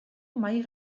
mahai